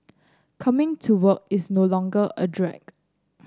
coming to work is no longer a drag